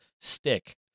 stick